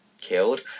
killed